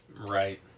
Right